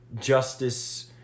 justice